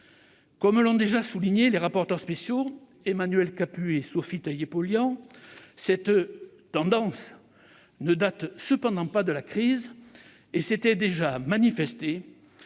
Comme l'ont déjà souligné les rapporteurs spéciaux Emmanuel Capus et Sophie Taillé-Polian, cette tendance ne date cependant pas de la crise : elle s'était déjà manifestée